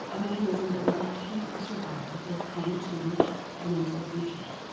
a mechanism that will be key to survival with climate change and into the future.